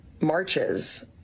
marches